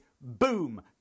Boom